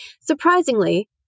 Surprisingly